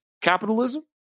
capitalism